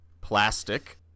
plastic